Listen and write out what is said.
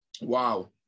wow